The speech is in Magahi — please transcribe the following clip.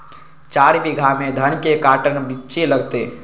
चार बीघा में धन के कर्टन बिच्ची लगतै?